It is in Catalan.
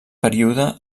període